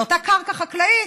על אותה קרקע חקלאית,